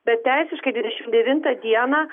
bet teisiškai dvidešim devintą dieną